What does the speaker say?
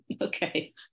okay